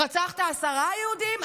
רצחת עשרה יהודים,